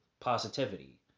positivity